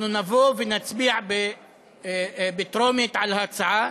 אנחנו נבוא ונצביע בטרומית על ההצעה.